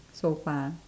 so far